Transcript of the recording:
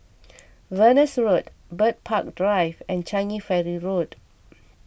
Venus Road Bird Park Drive and Changi Ferry Road